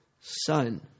son